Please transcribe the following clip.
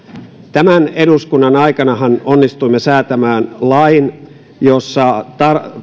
tämän eduskunnan aikanahan onnistuimme säätämään lain jossa